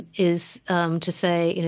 is um to say, you know